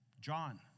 John